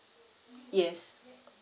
yes